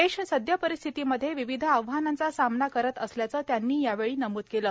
देश सदय परिस्थितीमध्ये विविध आव्हानांचा सामना करत असल्याचे त्यांनी यावेळी नमुद केले